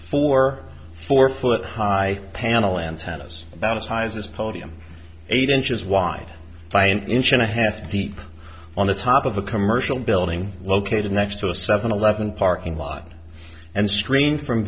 four four foot high panel antennas about as high as this podium eight inches wide by an inch and a half deep on the top of a commercial building located next to a seven eleven parking lot and stream from